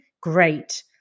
great